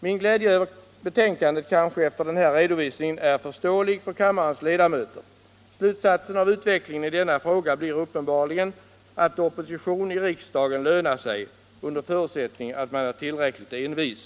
Min glädje över betänkandet kanske efter den här redovisningen är förståelig för kammarens ledamöter. Slutsatsen av utvecklingen i denna fråga blir uppenbarligen att opposition i riksdagen lönar sig — under förutsättning att man är tillräckligt envis.